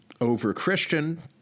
over-Christian